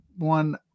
One